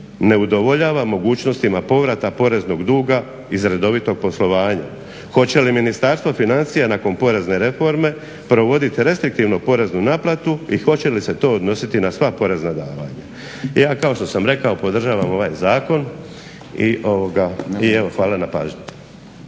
ne udovoljava mogućnostima povrata poreznog duga iz redovitog poslovanja? Hoće li Ministarstvo financija nakon porezne reforme provoditi restriktivnu poreznu naplatu i hoće li se to odnositi na sva porezna davanja? Ja kao što sam rekao podržavam ovaj zakon i evo hvala na pažnji.